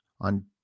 On